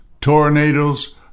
tornadoes